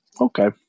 Okay